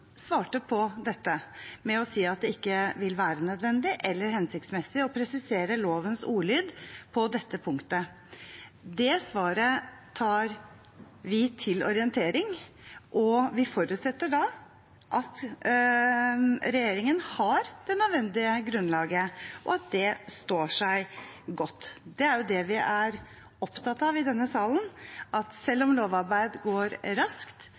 svarte på dette med å si at det ikke vil være nødvendig eller hensiktsmessig å presisere lovens ordlyd på dette punktet. Det svaret tar vi til orientering, og vi forutsetter da at regjeringen har det nødvendige grunnlaget, og at det står seg godt. Det er det vi er opptatt av i denne salen – at selv om lovarbeid går raskt,